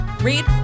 read